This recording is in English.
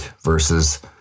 Versus